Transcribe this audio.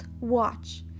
watch